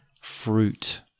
fruit